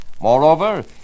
Moreover